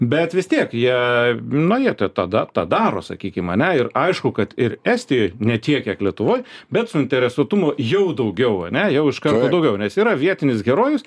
bet vis tiek jie na jie tada tą daro sakykim ane ir aišku kad ir estijoj ne tiek kiek lietuvoj bet suinteresuotumo jau daugiau ane jau iš karto daugiau nes yra vietinis herojus